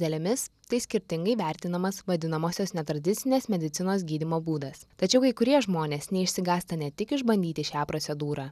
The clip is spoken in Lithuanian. dėlėmis tai skirtingai vertinamas vadinamosios netradicinės medicinos gydymo būdas tačiau kai kurie žmonės neišsigąsta ne tik išbandyti šią procedūrą